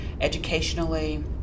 educationally